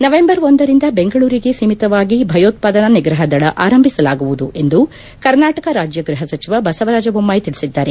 November ಒಂದರಿಂದ ಬೆಂಗಳೂರಿಗೆ ಸೀಮಿತವಾಗಿ ಭಯೊತ್ವಾದನಾ ನಿಗ್ರಹ ದಲ ಆರಂಭಿಸಲಾಗುವುದು ಎಂದು ಕರ್ನಾಟಕ ರಾಜ್ಯ ಗ್ವಹ ಸಚಿವ ಬಸವರಾಜ ಬೊಮ್ಮಾಯಿ ತಿಳಿಸಿದ್ದಾರೆ